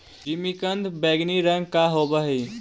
जिमीकंद बैंगनी रंग का होव हई